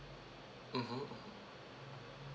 mmhmm mmhmm